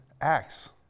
Acts